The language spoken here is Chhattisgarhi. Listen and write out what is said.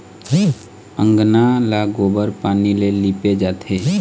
अंगना ल गोबर पानी ले लिपे जाथे